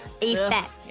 effect